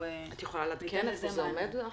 את יכולה להגיד איפה החקירה עומדת?